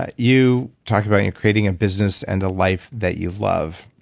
ah you talked about creating a business and a life that you love